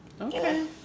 Okay